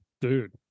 Dude